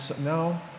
no